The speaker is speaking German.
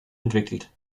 entwickelt